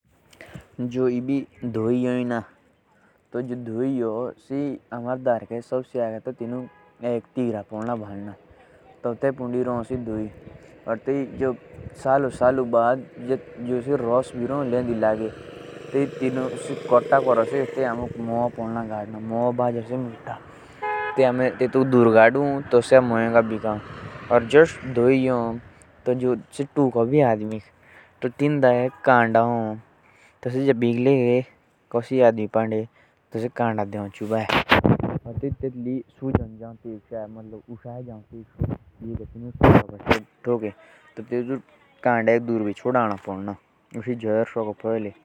जो धोई भी हो। टो से सबसे आगे तोटेनुक तीर जो से तेपुड़ी रोये। तेत्के बध से फूलु दी मिठा रस लेओ और जब से मो भी भानो तभ आमे तेतेुक मोk दूर घाडु।